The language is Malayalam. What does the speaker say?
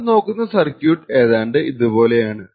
നമ്മൾ നോക്കുന്ന സർക്യൂട്ട് ഏതാണ്ട് ഇതുപോലുള്ളതാണ്